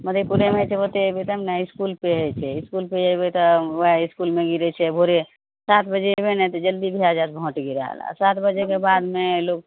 मधेपुरेमे होइ छै ओते अरबै तब ने इसकुलपर होइ छै इसकुलपर अयबै तब वहए इसकुलमे गिरै छै भोरे सात बजे अयबै ने तऽ जल्दी भए जाएत भोट गिराएल आ सात बजेके बादमे लोग